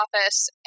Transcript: office